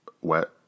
wet